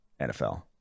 NFL